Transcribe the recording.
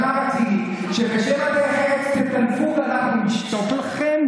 אז מה רצית, שבשם דרך ארץ תטנפו ואנחנו נשתוק לכם?